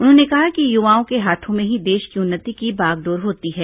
उन्होंने कहा कि युवाओं के हाथों में ही देश की उन्नति की बागडोर होती है